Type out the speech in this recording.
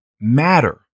matter